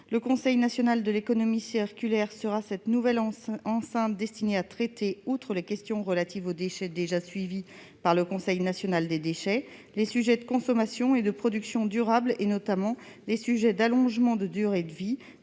le Conseil national de l'économie circulaire sera cette nouvelle enceinte destinée à traiter, outre les questions relatives aux déchets, déjà suivies par le Conseil national des déchets, les sujets de consommation et de production durables, notamment les sujets d'allongement de durée de vie